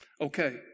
Okay